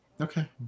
Okay